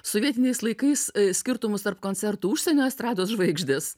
sovietiniais laikais skirtumus tarp koncertų užsienio estrados žvaigždės